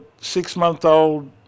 six-month-old